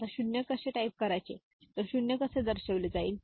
आता 0 कसे टाइप केले तर 0 कसे दर्शविले जाईल